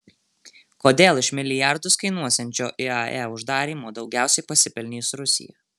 kodėl iš milijardus kainuosiančio iae uždarymo daugiausiai pasipelnys rusija